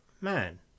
man